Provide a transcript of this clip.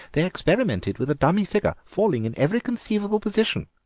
they experimented with a dummy figure falling in every conceivable position.